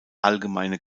allgemeine